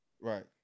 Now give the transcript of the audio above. Right